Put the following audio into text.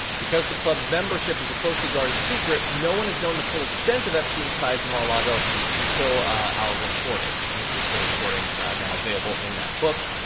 because the club's membership is a closely guarded secret, no one has known the full extent of epstein's ties to mar-a-lago until our reporting. and this is the reporting now available in that book.